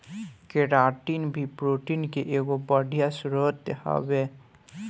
keratin भी protein के एगो बढ़िया स्रोत हवे